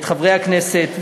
את חברי הכנסת.